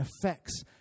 affects